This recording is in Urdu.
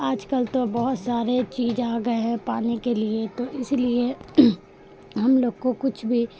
آج کل تو بہت سارے چیز آگئے ہیں پانی کے لیے تو اس لیے ہم لوگ کو کچھ بھی